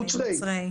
מוצרי,